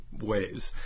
ways